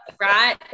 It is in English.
right